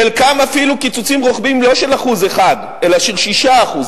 חלקם אפילו קיצוצים רוחביים לא של 1% אלא של 6%,